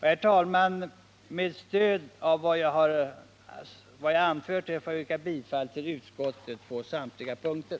Herr talman! Med stöd av vad jag här anfört ber jag att få yrka bifall till utskottets hemställan på samtliga punkter.